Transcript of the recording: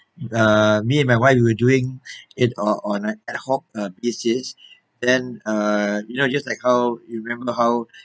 uh me and my wife we were doing it on on an ad hoc uh basis then um you know just like how you remember how